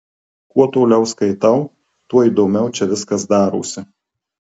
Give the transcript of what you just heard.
kuo toliau skaitau tuo įdomiau čia viskas darosi